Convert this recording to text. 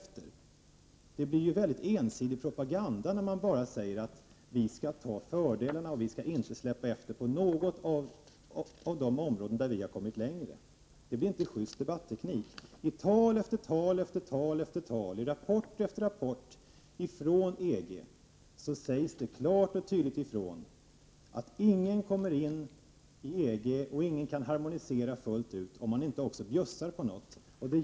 Det blir en mycket ensidig propaganda när man säger att vi skall ta fördelarna och vi skall inte släppa efter på något av de områden där vi har kommit längre. Det blir inte en just debatteknik. I tal efter tal och rapport efter rapport från EG sägs det klart och tydligt ifrån att ingen kommer in i EG och ingen kan harmonisera fullt ut om man inte bjuder på något.